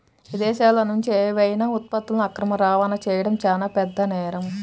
విదేశాలనుంచి ఏవైనా ఉత్పత్తులను అక్రమ రవాణా చెయ్యడం చానా పెద్ద నేరం